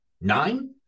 nine